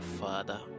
Father